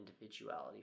individuality